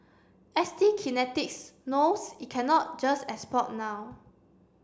S T Kinetics knows it cannot just export now